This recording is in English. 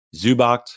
Zubacht